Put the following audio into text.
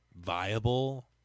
viable